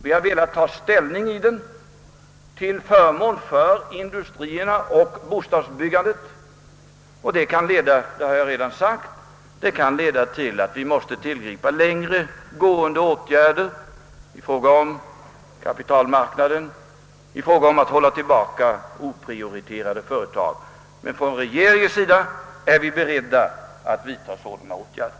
Vi har velat ta ställning till förmån för industrierna och bostadsbyggandet och det kan, vilket jag redan har sagt, leda till att vi måste tillgripa längre gående åtgärder i fråga om kapitalmarknaden och i fråga om att hålla tillbaka oprioriterade företag. Men från regeringens sida är vi beredda att vidtaga sådana åtgärder.